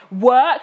work